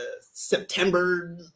September